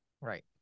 Right